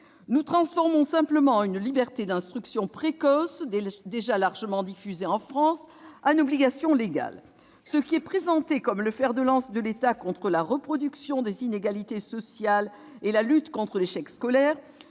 de transformer une liberté d'instruction précoce, déjà largement diffusée en France, en obligation légale. Ce qui est présenté comme le fer de lance de l'État contre la reproduction des inégalités sociales et la lutte contre l'échec scolaire